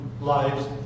lives